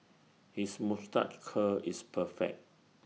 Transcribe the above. his moustache curl is perfect